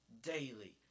daily